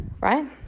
right